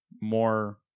more